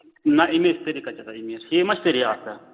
نہ أمیٖر سٲری کَتہِ چھِ آسان أمیٖر ہِوی ما چھِ سٲری آسان